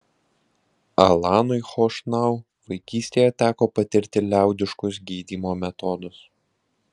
alanui chošnau vaikystėje teko patirti liaudiškus gydymo metodus